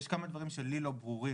אבל יש כמה דברים שלי לא ברורים.